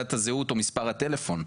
בתעודת הזהות או מספר הטלפון.